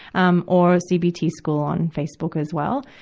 um or cbtschool on facebook as well.